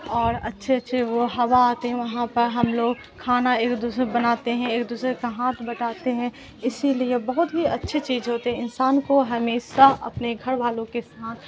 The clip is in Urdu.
اور اچھے اچھے وہ ہوا آتے ہیں وہاں پر ہم لوگ کھانا ایک دوسرے بناتے ہیں ایک دوسرے کا ہاتھ بٹاتے ہیں اسی لیے بہت ہی اچھی چیز ہوتے ہیں انسان کو ہمیشہ اپنے گھر والوں کے ساتھ